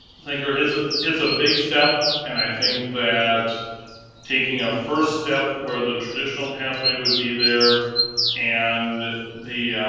thinker. it's ah it's a big step and i think that taking a first step where the traditional pathway would be there and the